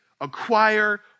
acquire